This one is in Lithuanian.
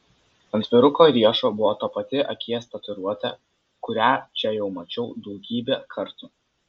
ant vyruko riešo buvo ta pati akies tatuiruotė kurią čia jau mačiau daugybę kartų